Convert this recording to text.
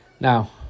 Now